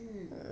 mm